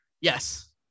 Yes